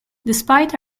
despite